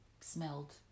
smelled